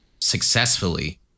successfully